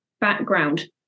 background